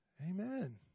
Amen